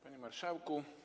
Panie Marszałku!